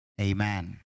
Amen